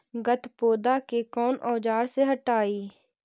गत्पोदा के कौन औजार से हटायी?